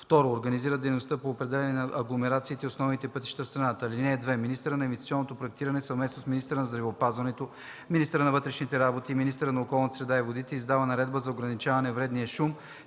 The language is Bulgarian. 2. организира дейността по определяне на агломерациите и основните пътища в страната; (2) Министърът на инвестиционното проектиране съвместно с министъра на здравеопазването, министъра на вътрешните работи и министъра на околната среда и водите издава наредба за ограничаване на вредния шум